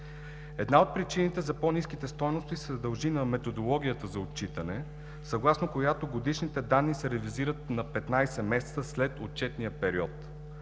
Една от причините за по-ниските стойности се дължи на методологията на отчитане, съгласно която годишните данни се ревизират на 15 месеца след отчетния период.